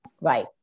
Right